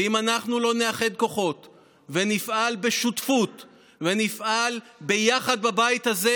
ואם אנחנו לא נאחד כוחות ונפעל בשותפות ונפעל ביחד בבית הזה,